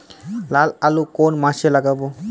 লাল আলু কোন মাসে লাগাব?